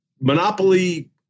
monopoly